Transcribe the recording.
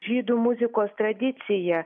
žydų muzikos tradicija